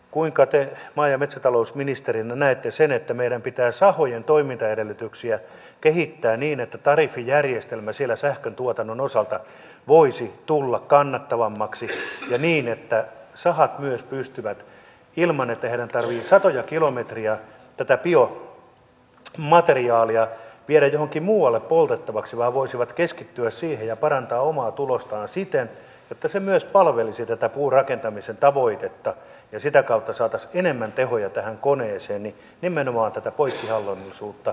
kuinka te maa ja metsätalousministerinä näette sen että meidän pitää sahojen toimintaedellytyksiä kehittää niin että tariffijärjestelmä siellä sähköntuotannon osalta voisi tulla kannattavammaksi ja niin että sahat myös voisivat ilman että heidän tarvitsee satoja kilometrejä tätä biomateriaalia viedä johonkin muualle poltettavaksi keskittyä siihen ja parantaa omaa tulostaan siten että se myös palvelisi tätä puurakentamisen tavoitetta ja sitä kautta saataisiin enemmän tehoja tähän koneeseen nimenomaan tätä poikkihallinnollisuutta ja sitä valmiutta